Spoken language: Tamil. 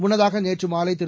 முன்னதாக நேற்று மாலை திரு